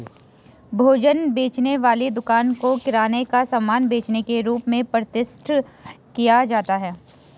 भोजन बेचने वाली दुकानों को किराने का सामान बेचने के रूप में प्रतिष्ठित किया जाता है